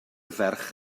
ferch